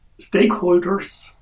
Stakeholders